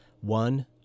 One